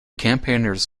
campaigners